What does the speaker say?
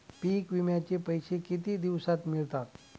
पीक विम्याचे पैसे किती दिवसात मिळतात?